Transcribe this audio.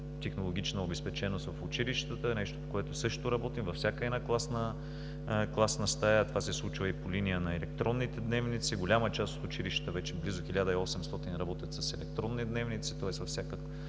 технологична обезпеченост в училищата – нещо, по което също работим – във всяка класна стая, това се случва и по линия на електронните дневници. Голяма част от училищата – вече близо 1800, работят с електронни дневници, тоест всеки